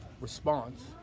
response